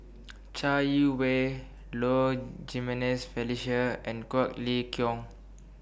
Chai Yee Wei Low Jimenez Felicia and Quek Ling Kiong